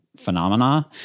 Phenomena